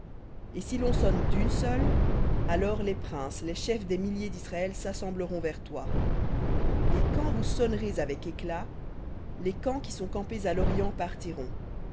et si l'on sonne d'une seule alors les princes les chefs des milliers d'israël s'assembleront vers toi et quand vous sonnerez avec éclat les camps qui sont campés à l'orient partiront